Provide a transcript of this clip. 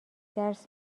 درس